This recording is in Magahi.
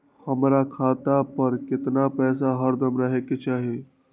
हमरा खाता पर केतना पैसा हरदम रहे के चाहि?